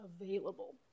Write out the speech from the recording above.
available